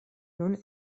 nun